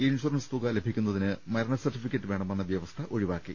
insurance തുക ലഭിക്കുന്നതിന് മരണസർട്ടിഫിക്കറ്റ് വേണമെന്ന വ്യവസ്ഥ ഒഴിവാക്കി